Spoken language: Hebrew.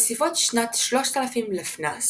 בסביבות שנת 3000 לפנה"ס